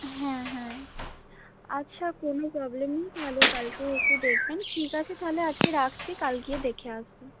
হ্যাঁ হ্যাঁ আচ্ছা কোনো প্রবলেম নেই তাহলে কালকে একটু দেখবেন ঠিক আছে তাহলে আজকে রাখছি কাল গিয়ে দেখে আসবো